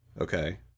Okay